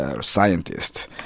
scientists